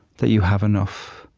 that you have enough